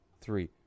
three